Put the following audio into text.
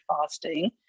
fasting